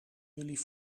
jullie